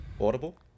Audible